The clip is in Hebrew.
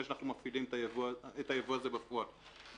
שאנחנו מפעילים את הייבוא הזה בפועל.